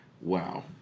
wow